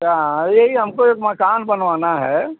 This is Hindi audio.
क्या यही हमको एक मकान बनवाना है